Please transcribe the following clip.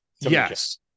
Yes